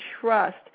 trust